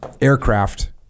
aircraft